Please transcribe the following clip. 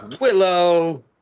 Willow